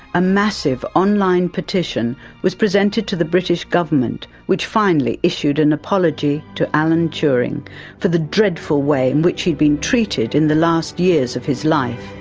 a massive online petition was presented to the british government which finally issued an apology to alan turing for the dreadful way in which he'd been treated in the last years of his life.